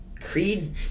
Creed